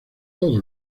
todo